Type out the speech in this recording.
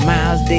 Miles